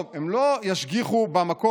טוב, הם לא ישגיחו במקום